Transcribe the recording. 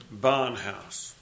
Barnhouse